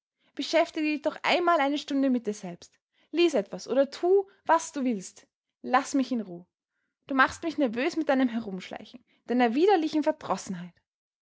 beschäftige dich doch einmal eine stunde mit dir selbst lies etwas oder tu was du willst laß mich in ruh du machst mich nervös mit deinem herumschleichen deiner widerlichen verdrossenheit